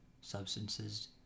substances